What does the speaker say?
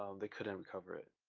um they couldn't recover it.